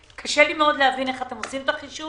קשה לי להבין איך אתם עושים את החישוב.